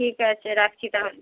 ঠিক আছে রাখছি তাহলে